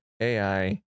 AI